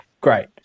Great